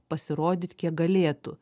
pasirodyt kiek galėtų